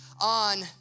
on